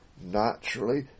naturally